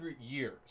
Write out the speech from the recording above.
years